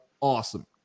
awesome